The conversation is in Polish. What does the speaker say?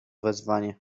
wezwanie